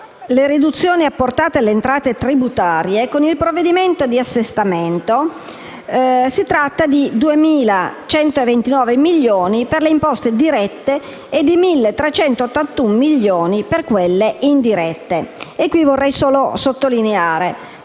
le riduzioni apportate alle entrate tributarie con il provvedimento di assestamento, si tratta di 2.129 milioni per le imposte dirette e di 1.381 milioni per quelle indirette. A questo proposito vorrei solo sottolineare,